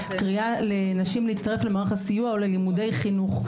קריאה לנשים להצטרף למערך הסיוע או ללימודי חינוך.